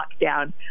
lockdown